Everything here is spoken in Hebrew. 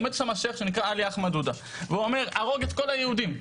עומד שם שייח' שנקרא עלי אחמד עודה והוא אומר 'הרוג את כל היהודים'.